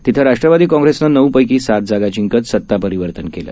तिथंराष्ट्रवादीकाँग्रेसनंनऊपैकीसातजागाजिंकतसत्तापरिवर्तनकेलं